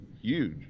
huge